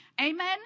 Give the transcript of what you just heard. Amen